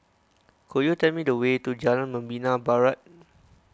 could you tell me the way to Jalan Membina Barat